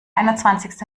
einundzwanzigste